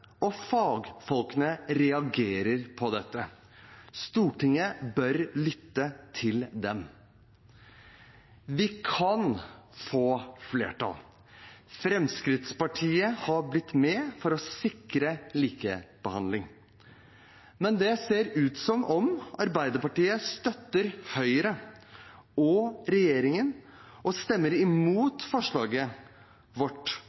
og fagfolkene reagerer på dette. Stortinget bør lytte til dem. Vi kan få flertall. Fremskrittspartiet har blitt med for å sikre likebehandling, men det ser ut som om Arbeiderpartiet støtter Høyre og regjeringen og stemmer imot forslaget vårt